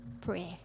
prayer